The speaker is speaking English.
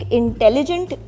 intelligent